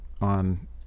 on